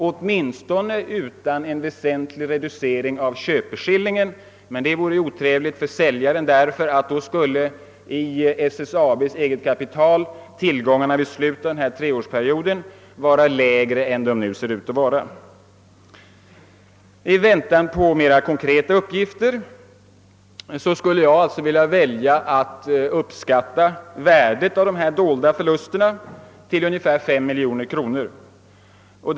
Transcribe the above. Åtminstone vill man inte göra det utan en väsentlig reducering av köpeskillingen. Det vore dock otrevligt för säljaren, ty då skulle tillgångarna i SSAB:s vinstoch förlusträkning vid slutet av treårsperioden vara lägre än de nu ser ut att vara. I väntan på konkreta uppgifter uppskattar jag värdet av dessa framtida nu dolda förluster till ungefär 5 miljoner kronor.